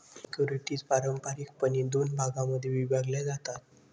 securities पारंपारिकपणे दोन भागांमध्ये विभागल्या जातात